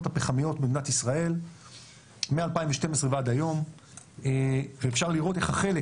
הפחמיות במדינת ישראל מ-2012 ועד היום ואפשר לראות איך החלק